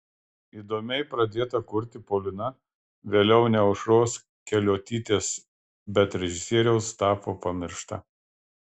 įdomiai pradėta kurti polina vėliau ne aušros keliuotytės bet režisieriaus tapo pamiršta